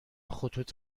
خطوط